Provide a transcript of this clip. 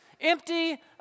empty